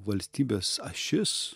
valstybės ašis